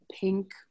pink